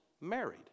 married